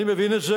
אני מבין את זה,